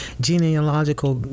genealogical